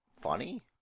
Funny